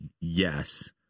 Yes